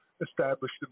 established